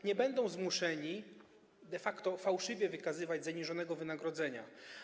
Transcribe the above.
Nie będą zmuszeni de facto fałszywie wykazywać zaniżonego wynagrodzenia.